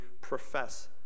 profess